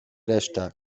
reszta